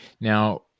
Now